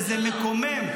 וזה מקומם.